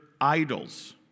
idols